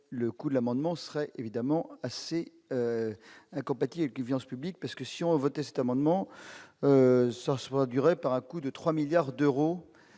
le coût de l'amendement serait évidemment assez incompatible déviances publics parce que si on votait cette amendement ça sera dur par à-coups de 3 milliards d'euros